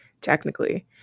technically